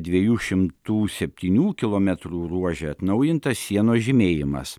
dviejų šimtų septynių kilometrų ruože atnaujintas sienos žymėjimas